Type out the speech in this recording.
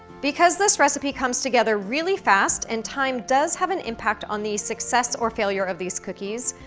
because this recipe comes together really fast, and time does have an impact on the success or failure of these cookies,